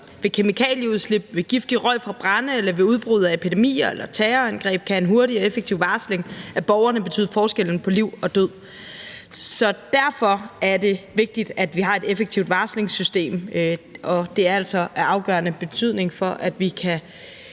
Ved kemikalieudslip, ved giftig røg fra brande eller ved udbrud af epidemier eller terrorangreb kan en hurtig og effektiv varsling af borgerne betyde forskellen på liv og død. Så derfor er det vigtigt, at vi har et effektivt varslingssystem, og det er altså af afgørende betydning for, at vi kan